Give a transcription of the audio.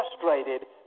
frustrated